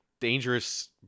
dangerous